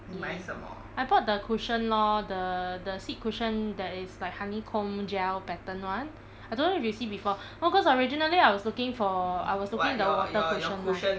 !yay! I bought the cushion lor the seat cushion that is like honeycomb gel pattern [one] I don't know if you see before no cause originally I was looking for I was looking the water cushion [one]